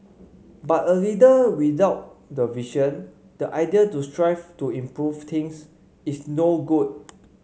but a leader without the vision the idea to strive to improve things is no good